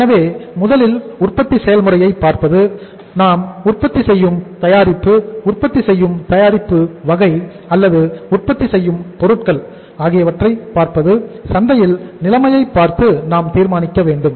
எனவே முதலில் உற்பத்தி செயல்முறையைப் பார்ப்பது நாம் உற்பத்தி செய்யும் தயாரிப்பு உற்பத்தி செய்யும் தயாரிப்பு வகை அல்லது உற்பத்தி செய்யும் பொருட்கள் ஆகியவற்றை பார்ப்பது சந்தையில் நிலைமையைப் பார்த்து நாம் தீர்மானிக்க வேண்டும்